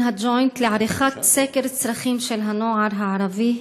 הג'וינט לעריכת סקר צרכים של הנוער הערבי.